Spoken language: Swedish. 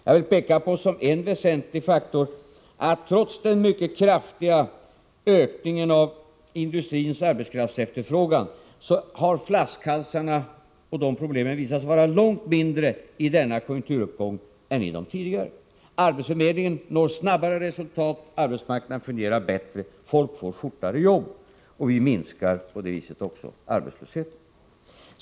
Jag vill peka på som en väsentlig faktor att trots den mycket kraftiga ökningen av industrins arbetskraftsefterfrågan har flaskhalsarna och därmed sammanhängande problem visat sig långt mindre i denna konjunkturuppgång än i de tidigare. Arbetsförmedlingar når snabbare resultat, arbetsmarknaden fungerar bättre, folk får fortare jobb och vi minskar på det viset också arbetslösheten.